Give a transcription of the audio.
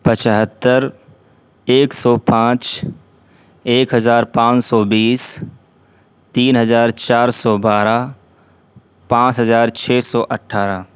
پچھتر ایک سو پانچ ایک ہزار پانچ سو بیس تین ہزار چار سو بارہ پانچ ہزار چھ سو اٹھارہ